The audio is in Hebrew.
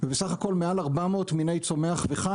ובסך הכול יותר מ-400 מיני צומח וחי